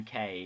UK